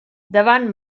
davant